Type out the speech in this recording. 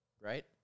Right